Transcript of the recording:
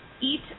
eat